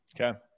Okay